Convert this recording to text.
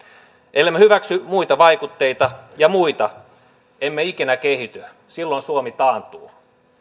ellemme hyväksy muita vaikutteita ja muita emme ikinä kehity silloin suomi taantuu